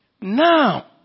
Now